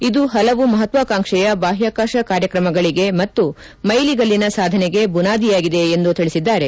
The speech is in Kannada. ಇದು ಹಲವು ಮಹತ್ವಾಕಾಂಕ್ಷೆಯ ಬಾಹ್ಯಾಕಾಶ ಕಾರ್ಯಕ್ರಮಗಳಿಗೆ ಮತ್ತು ಮೈಲಿಗಲ್ಲಿನ ಸಾಧನೆಗೆ ಬುನಾದಿಯಾಗಿದೆ ಎಂದು ತಿಳಿಸಿದ್ದಾರೆ